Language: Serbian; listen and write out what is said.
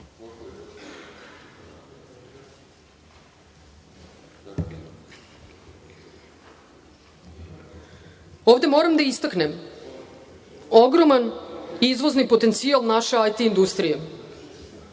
moram da istaknem ogroman izvozni potencijal naše IT industrije.